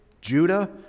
Judah